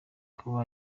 kuba